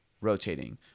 rotating